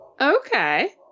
Okay